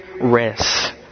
rest